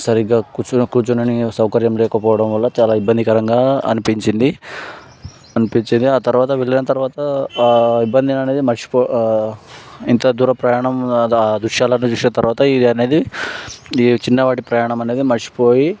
సరిగ్గా కూర్చొనికి కూర్చోడానికి సౌకర్యం లేకపోవడం వల్ల చాలా ఇబ్బందికరంగా అనిపించింది అనిపించింది ఆ తర్వాత వెళ్ళిన తర్వాత ఇబ్బంది అనేది మర్చిపో ఎంత దూరం ప్రయాణం దృశ్యాలు చూసిన తర్వాత అనేది ఈ చిన్ననాటి ప్రయాణం అనేది మర్చిపోయి